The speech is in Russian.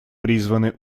призваны